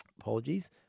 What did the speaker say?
Apologies